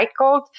recycled